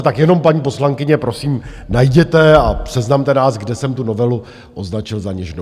Tak jenom paní poslankyně, prosím, najděte a seznamte nás, kde jsem tu novelu označil za něžnou.